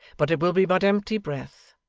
but it will be but empty breath.